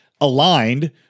aligned